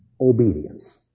obedience